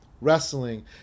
wrestling